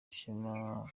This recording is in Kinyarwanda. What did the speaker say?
ishema